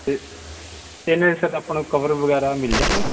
ਇ ਇਹਨਾਂ ਦੇ ਸਰ ਆਪਾਂ ਨੂੰ ਕਵਰ ਵਗੈਰਾ ਮਿਲ ਜਾਣਗੇ